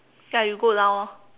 ya you go down lor